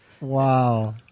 Wow